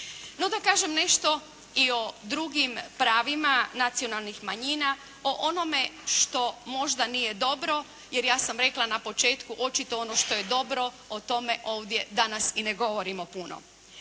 No da kažem nešto i o drugim pravima nacionalnih manjina o onome što možda nije dobro, jer ja sam rekla na početku očito ono što je dobro, o tome ovdje danas i ne govorimo puno.